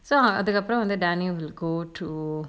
so அதுக்கப்புறம் வந்து:athukkappuram vanthu danny will go to